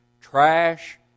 trash